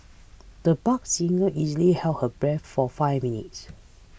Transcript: the buck singer easily held her breath for five minutes